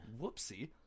whoopsie